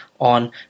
on